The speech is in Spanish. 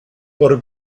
por